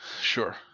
Sure